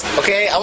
okay